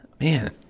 man